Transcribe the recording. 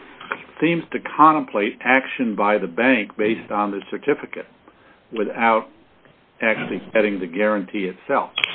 this seems to contemplate action by the bank based on the certificate without actually having the guarantee itself